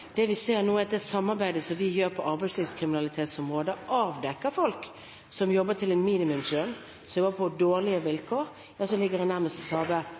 Det vi ser nå, er at det samarbeidet som vi gjør på arbeidslivskriminalitetsområdet, avdekker folk som jobber til en minimumslønn, som jobber på dårlige vilkår – ja, nærmest slavelignende vilkår. Derfor er det så